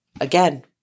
again